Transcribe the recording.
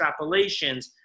extrapolations